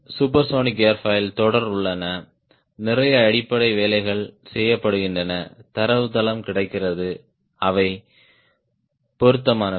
supersonic aerofoil தொடர் உள்ளன நிறைய அடிப்படை வேலைகள் செய்யப்படுகின்றன தரவுத்தளம் கிடைக்கிறது அவை பொருத்தமானவை